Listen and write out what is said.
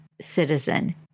citizen